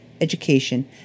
education